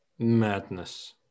Madness